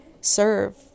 serve